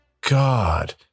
god